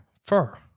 fur